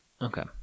Okay